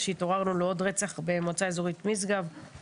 כשהתעוררנו לעוד רצח במועצה האזורית משגב,